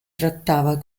trattava